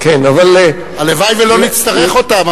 הלוואי שלא נצטרך אותם.